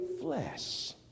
flesh